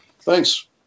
Thanks